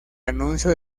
anuncio